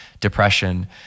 depression